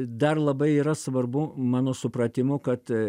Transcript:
dar labai yra svarbu mano supratimu kad